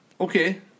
Okay